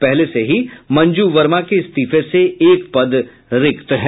पहले से ही मंजू वर्मा के इस्तीफे से एक पद रिक्त है